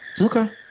okay